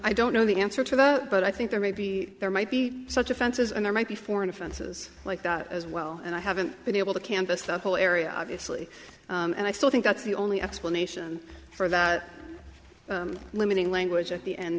i don't know the answer to that but i think there may be there might be such offenses and there might be foreign offenses like that as well and i haven't been able to canvass that whole area obviously and i still think that's the only explanation for that limiting language at the end